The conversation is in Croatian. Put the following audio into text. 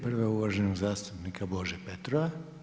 Prva je uvaženog zastupnika Bože Petrova.